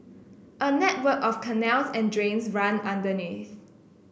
a network of canals and drains run underneath